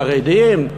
חרדים?